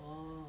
orh